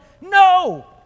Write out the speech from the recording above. No